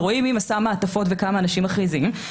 ורואים מי מסר מעטפות וכמה אנשים מכריזים,